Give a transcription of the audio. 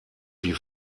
die